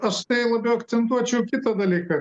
aš tai labiau akcentuočiau kitą dalyką